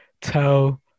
tell